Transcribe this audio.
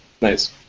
Nice